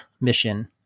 mission